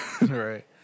Right